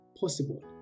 Possible